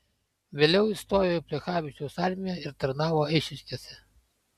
vėliau įstojo į plechavičiaus armiją ir tarnavo eišiškėse